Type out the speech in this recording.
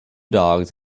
dogs